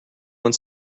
one